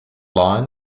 line